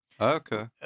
Okay